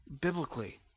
biblically